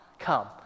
come